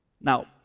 now